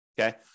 okay